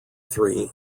three